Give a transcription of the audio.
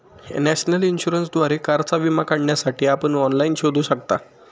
national इन्शुरन्सद्वारे कारचा विमा काढण्यासाठी आपण ऑनलाइन शोधू शकता